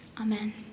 Amen